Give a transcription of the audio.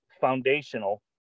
foundational